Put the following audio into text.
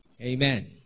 Amen